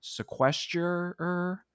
sequesterer